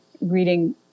reading